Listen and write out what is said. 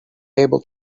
able